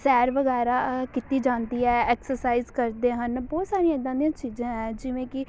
ਸੈਰ ਵਗੈਰਾ ਕੀਤੀ ਜਾਂਦੀ ਹੈ ਐਕਸਰਸਾਈਜ਼ ਕਰਦੇ ਹਨ ਬਹੁਤ ਸਾਰੀਆਂ ਇੱਦਾਂ ਦੀਆਂ ਚੀਜ਼ਾਂ ਹੈ ਜਿਵੇਂ ਕਿ